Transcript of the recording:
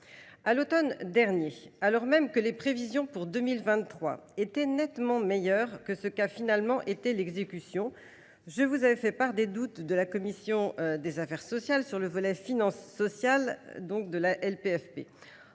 À l’automne dernier, alors même que les prévisions pour 2023 étaient nettement meilleures que ne l’a finalement été l’exécution, je vous avais fait part des doutes de la commission des affaires sociales sur le volet de la LPFP